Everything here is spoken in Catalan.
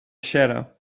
xera